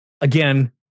Again